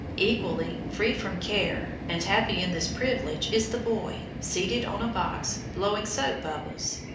equally free from care, and happy in this privilege, is the boy, seated on a box, blowing soap-bubbles.